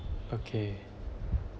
okay